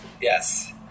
Yes